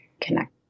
connect